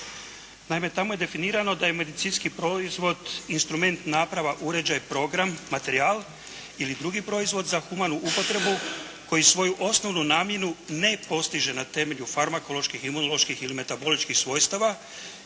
Naime, tamo je definirano da je medicinski proizvod instrument, naprava, uređaj, program, materijal ili drugi proizvod za humanu upotrebu koji svoju osnovnu namjenu ne postiže na temelju farmakoloških, imunoloških ili metaboličkih svojstava